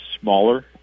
smaller